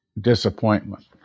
disappointment